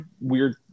weird